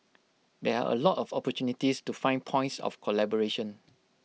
there are A lot of opportunities to find points of collaboration